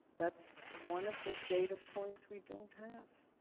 that's one of the data points we don't have.